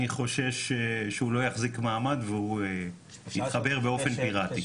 חושש שהוא לא יחזיק מעמד והוא יחבר באופן פיראטי.